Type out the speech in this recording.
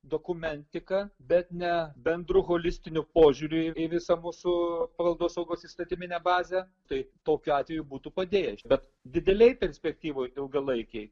dokumentika bet ne bendru holistiniu požiūriu į visą mūsų paveldosaugos įstatyminę bazę tai tokiu atveju būtų padėję bet didelėj perspektyvoj ilgalaikėj